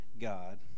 God